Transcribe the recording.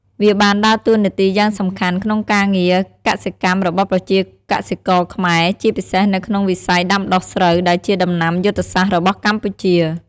វាបានដើរតួនាទីយ៉ាងសំខាន់ក្នុងការងារកសិកម្មរបស់ប្រជាកសិករខ្មែរ ជាពិសេសនៅក្នុងវិស័យដាំដុះស្រូវ ដែលជាដំណាំយុទ្ធសាស្ត្ររបស់កម្ពុជា។